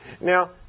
Now